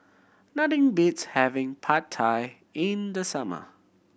nothing beats having Pad Thai in the summer